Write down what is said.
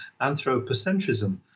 anthropocentrism